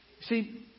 See